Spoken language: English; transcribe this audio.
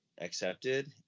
accepted